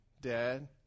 Dad